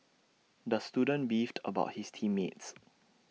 the student beefed about his team mates